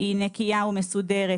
היא נקיה ומסודרת,